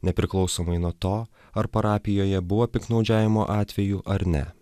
nepriklausomai nuo to ar parapijoje buvo piktnaudžiavimo atvejų ar ne